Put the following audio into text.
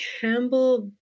Campbell